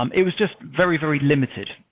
um it was just very, very limited.